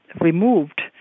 removed